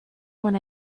when